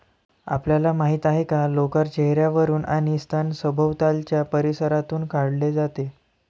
आपल्याला माहित आहे का लोकर चेहर्यावरून आणि स्तन सभोवतालच्या परिसरातून काढले जाते